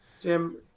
Jim